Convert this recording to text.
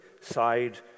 side